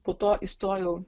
po to įstojau